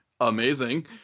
amazing